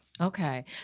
Okay